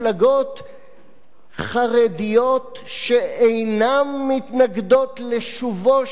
חרדיות שאינן מתנגדות לשובו של עם ישראל לארצו,